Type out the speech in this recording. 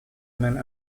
humans